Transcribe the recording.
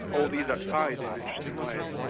all these are tied in interesting ways.